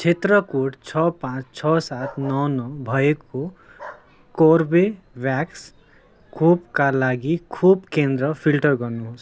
क्षेत्र कोड छ पाँच छ सात नौ नौ भएको कोर्बिभ्याक्स खोपका लागि खोप केन्द्र फिल्टर गर्नुहोस्